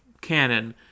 canon